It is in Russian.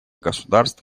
государств